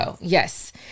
Yes